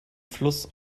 fluss